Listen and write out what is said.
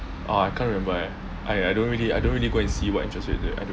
orh I can't remember leh I I don't really I don't really go and see what interest rate they I don't